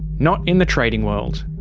not in the trading world.